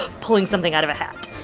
pulling something out of a hat